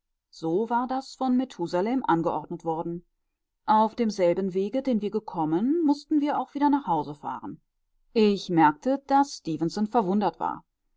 so war das von methusalem angeordnet worden auf demselben wege den wir gekommen mußten wir auch wieder nach hause fahren ich merkte daß stefenson verwundert war